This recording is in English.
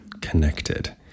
connected